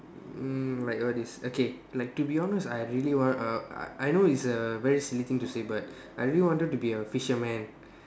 um like what is okay like to be honest I really want uh I know it's a very silly thing to say but I really wanted to be a fisherman